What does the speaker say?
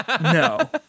No